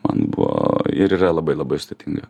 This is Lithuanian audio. man buvo ir yra labai labai sudėtinga